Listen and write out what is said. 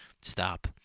stop